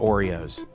Oreos